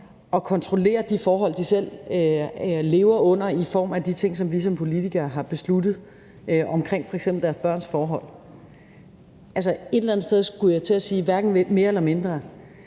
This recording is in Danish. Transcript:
at kontrollere de forhold, de selv lever under, i form af de ting, som vi som politikere har besluttet, f.eks. omkring deres børns forhold. Et eller andet sted skulle jeg til at sige hverken mere eller mindre.